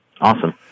Awesome